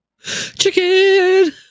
Chicken